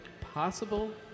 possible